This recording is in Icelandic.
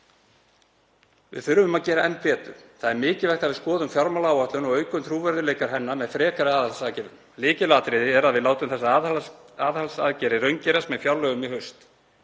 Við þurfum að gera enn betur. Það er mikilvægt að við skoðum fjármálaáætlun og aukum trúverðugleika hennar með frekari aðhaldsaðgerðum. Lykilatriði er að við látum þessar aðhaldsaðgerðir raungerast með fjárlögum í haust.